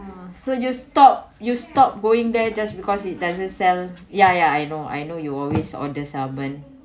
so you stop you stop going there just because it doesn't sell ya ya I know I know you always on the salmon